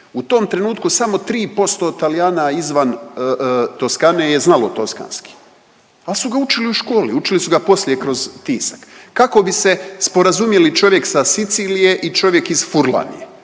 U tom trenutku samo 3% Talijana izvan Toskane je znalo toskanski al su ga učili u školi, učili su ga poslije kroz tisak. Kako bi se sporazumjeli čovjek sa Sicilije i čovjek iz Furlanije